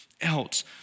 else